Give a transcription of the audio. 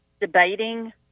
debating